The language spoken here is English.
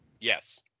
Yes